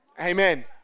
Amen